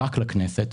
רק לכנסת,